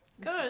good